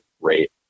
rate